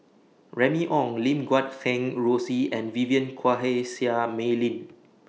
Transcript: Remy Ong Lim Guat Kheng Rosie and Vivien Quahe Seah Mei Lin